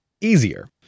easier